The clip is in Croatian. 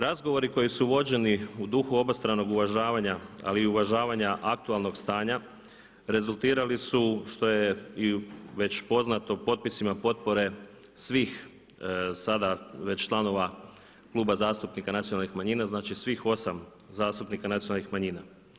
Razgovori koji su vođeni u duhu obostranog uvažavanja ali i uvažavanja aktualnog stanja rezultirali su što je i već poznato potpisima potpore svih sada već članova Kluba zastupnika nacionalnih manjina, znači svih 8 zastupnika Nacionalnih manjina.